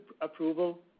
approval